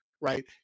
right